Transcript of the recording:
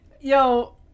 Yo